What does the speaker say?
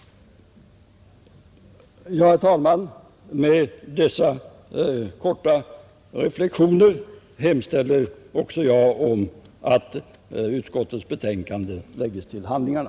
Herr talman! Med dessa korta reflexioner hemställer även jag om att utskottets betänkande lägges till handlingarna,